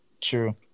True